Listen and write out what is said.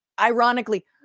ironically